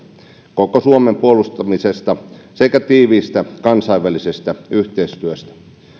koko suomen puolustamisesta sekä tiiviistä kansainvälisestä yhteistyöstä